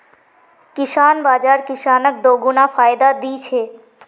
किसान बाज़ार किसानक दोगुना फायदा दी छे